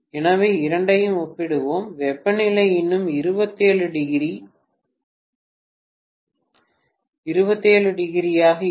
எனவே இரண்டையும் ஒப்பிடுவேன் வெப்பநிலை இன்னும் 27 ° ஐ எட்டவில்லை என்றால் அது 30o ஆக இருக்கும்